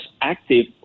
active